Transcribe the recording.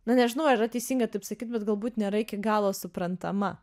na nežinau ar yra teisinga taip sakyt bet galbūt nėra iki galo suprantama